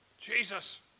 Jesus